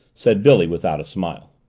said billy, without a smile.